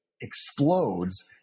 explodes